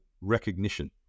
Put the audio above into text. recognition